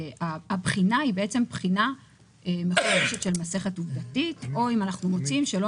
הבחינה היא בחינה מפורשת של מסכת עובדתית או אם אנחנו מוצאים שלא